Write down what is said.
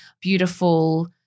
beautiful